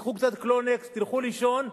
תיקחו קצת "קלונקס" תלכו לישון,